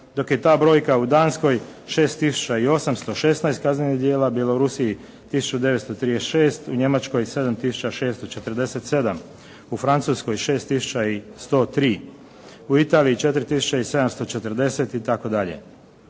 dok je ta brojka u Danskoj 6816 kaznenih djela, u Bjelorusiji 1936, u Njemačkoj 7647, u Francuskoj 6103, u Italiji 4740 itd.